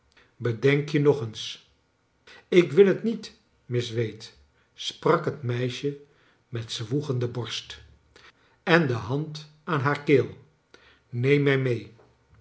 bedenk je nog eens ik wil het niet miss wade sprak het meisje met zwoegende borst en de hand aan haar keel neern mij mee